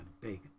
big